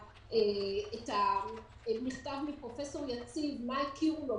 את המכתב מפרופ' יציב במה הכירו לו,